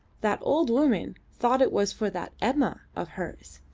that old woman thought it was for that emma of hers.